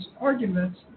arguments